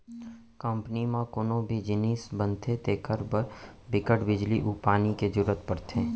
company म कोनो भी जिनिस बनथे तेखर बर बिकट बिजली अउ पानी के जरूरत परथे